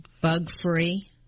bug-free